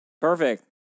Perfect